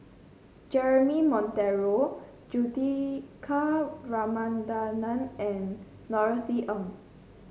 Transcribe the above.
Jeremy Monteiro Juthika Ramanathan and Norothy Ng